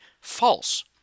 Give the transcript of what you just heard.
false